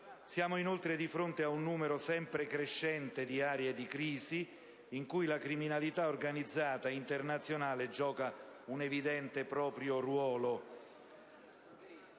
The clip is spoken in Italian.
Siamo inoltre di fronte a un numero sempre crescente di aree di crisi in cui la criminalità organizzata internazionale gioca un proprio